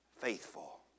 faithful